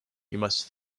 must